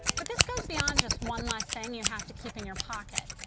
but this goes beyond just one less thing you have to keep in your pocket.